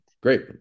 Great